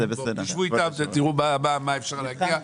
תשבו איתם ותראו למה אפשר להגיע,